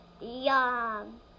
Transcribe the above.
yum